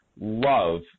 love